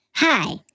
Hi